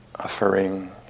Offering